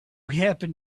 happen